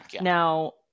Now